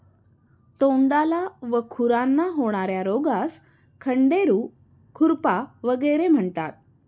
तोंडाला व खुरांना होणार्या रोगास खंडेरू, खुरपा वगैरे म्हणतात